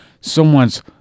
someone's